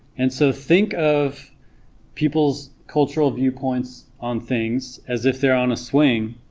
and so think of people's cultural viewpoints on things as if they're on a swing